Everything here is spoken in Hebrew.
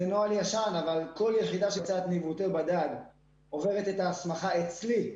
זה נוהל ישן אבל כל יחידה שעושה ניווטי בדד עוברת את ההסמכה אצלי,